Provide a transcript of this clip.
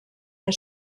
der